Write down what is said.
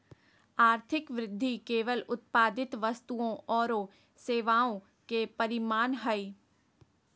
आर्थिक वृद्धि केवल उत्पादित वस्तुओं औरो सेवाओं के परिमाण हइ